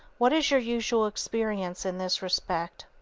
what is your usual experience in this respect?